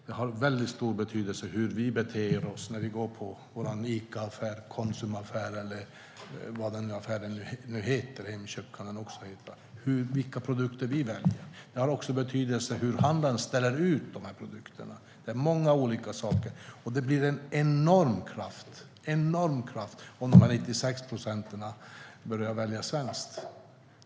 Det har väldigt stor betydelse hur vi beter oss när vi går på vår Icaaffär, Konsumaffär, Hemköpsaffär eller vad den nu heter och vilka produkter vi väljer. Det har också betydelse hur handlaren ställer ut produkterna. Det beror på många olika saker. Det blir en enorm kraft om de 96 procenten börjar välja svenskt.